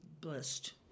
blessed